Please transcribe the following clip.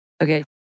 Okay